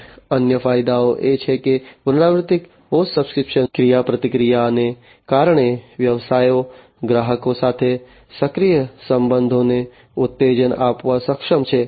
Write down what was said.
અને અન્ય ફાયદા એ છે કે પુનરાવર્તિત પોસ્ટ સબ્સ્ક્રિપ્શન ક્રિયાપ્રતિક્રિયાને કારણે વ્યવસાયો ગ્રાહકો સાથે સક્રિય સંબંધોને ઉત્તેજન આપવા સક્ષમ છે